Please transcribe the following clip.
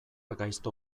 gaizto